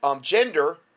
gender